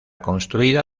construida